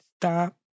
stop